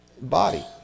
body